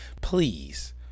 please